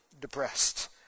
depressed